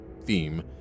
theme